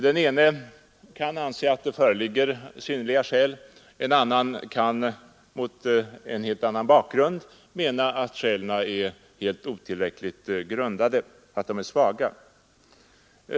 Den ene kan anse att det föreligger synnerliga skäl medan den andre mot en helt annan bakgrund menar att skälen är otillräckligt grundade eller svaga.